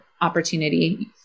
Opportunity